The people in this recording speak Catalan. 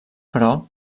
però